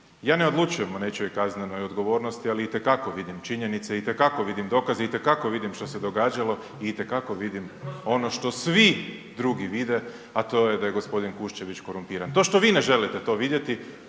Ja ne odlučujem o nečijoj kaznenoj odgovornosti, ali itekako vidim činjenice, itekako vidim dokaze, itekako vidim što se događalo i itekako vidim ono što svi drugi vide, a to je gospodin Kuščević korumpiran. To što vi ne želite to vidjeti,